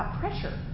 pressure